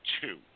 two